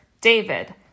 David